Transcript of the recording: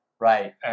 Right